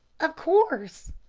of course.